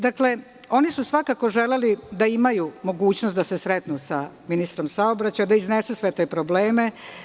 Dakle, oni su svakako želeli da imaju mogućnost da se sretnu sa ministrom saobraćaja, da iznesu sve te probleme.